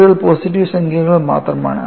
റൂട്ടുകൾ പോസിറ്റീവ് സംഖ്യകൾ മാത്രമാണ്